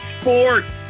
sports